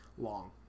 long